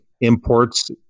imports